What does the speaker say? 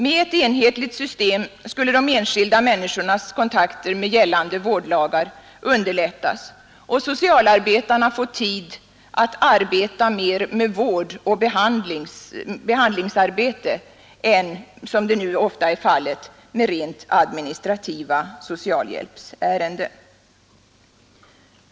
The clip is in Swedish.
Med ett enhetligt system skulle de enskilda människornas kontakter med gällande vårdlagar underlättas och socialarbetarna få tid att arbeta mer med vård och behandlingsarbete än, som nu ofta är fallet, med rent administrativa socialhjälpsärenden.